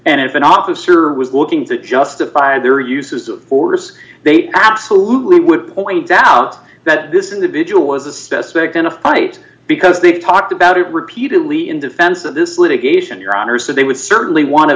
and if an officer was looking to justify their use of force they absolutely would point out that this individual was a specific in a fight because they talked about it repeatedly in defense of this litigation your honor so they would certainly want